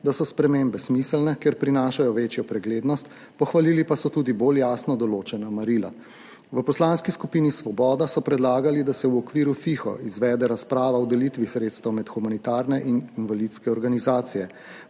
da so spremembe smiselne, ker prinašajo večjo preglednost, pohvalili pa so tudi bolj jasno določena merila. V Poslanski skupini Svoboda so predlagali, da se v okviru FIHO izvede razprava o delitvi sredstev med humanitarne in invalidske organizacije.